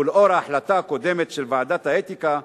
ולאור ההחלטה הקודמת של ועדת האתיקה,